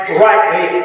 rightly